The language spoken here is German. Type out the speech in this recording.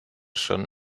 schon